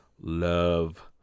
love